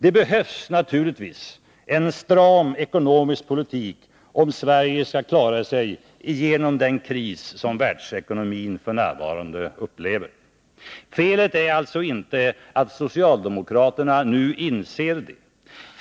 Det behövs naturligtvis en stram ekonomisk politik om Sverige skall klara sig igenom den kris som världsekonomin f. n. upplever. Felet är alltså inte att socialdemokraterna nu inser det.